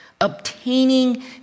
obtaining